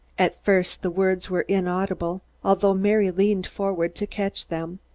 at first the words were inaudible, although mary leaned forward to catch them.